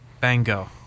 Bango